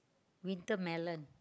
wintermelon